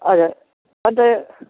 हजुर अन्त